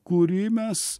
kurį mes